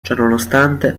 ciononostante